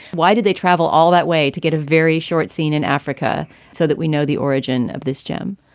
why did they travel all that way to get a very short scene in africa so that we know the origin of this gem?